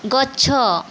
ଗଛ